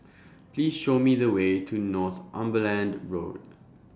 Please Show Me The Way to Northumberland Road